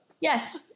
Yes